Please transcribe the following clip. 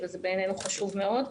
בעיניי הוא חשוב מאוד.